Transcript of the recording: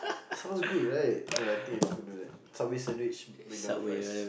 sounds good right no I think I need to do that subway sandwich MacDonald fries